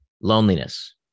Loneliness